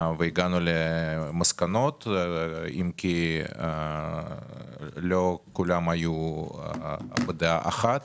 והגענו למסקנות, אם כי לא כולם היו בדעה אחת.